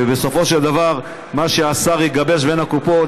ובסופו של דבר מה שהשר יגבש בין הקופות,